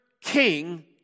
King